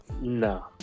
no